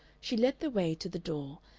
she led the way to the door,